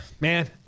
man